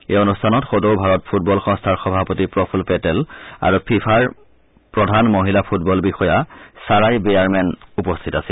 এই অনুষ্ঠানত সদৌ ভাৰত ফুটবল সংস্থাৰ সভাপতি প্ৰফুল পেটেল আৰু ফিফাৰ প্ৰধান মহিলা ফুটবল বিষয়া ছাৰাই বেয়াৰমেন উপস্থিত আছিল